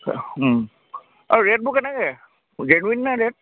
আৰু ৰেটবোৰ কেনেকৈ জেনুইন নে ৰেট